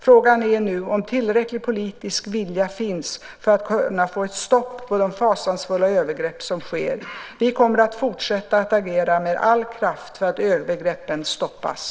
Frågan är nu om tillräcklig politisk vilja finns för att kunna få ett stopp på de fasansfulla övergrepp som sker. Vi kommer att fortsätta att agera med all kraft för att övergreppen stoppas.